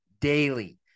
daily